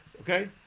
okay